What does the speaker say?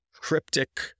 cryptic